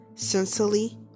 Sincerely